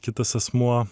kitas asmuo